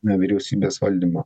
na vyriausybės valdymo